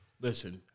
listen